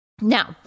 Now